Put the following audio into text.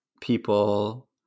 people